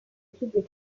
équipes